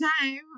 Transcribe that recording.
time